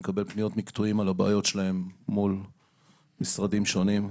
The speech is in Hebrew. אני מקבל פניות מקטועים על הבעיות שלהם מול משרדים שונים,